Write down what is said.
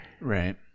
Right